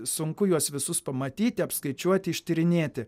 sunku juos visus pamatyti apskaičiuoti ištyrinėti